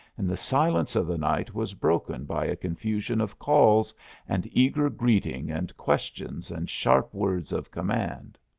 and the silence of the night was broken by a confusion of calls and eager greeting and questions and sharp words of command.